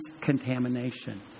contamination